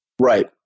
Right